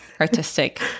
artistic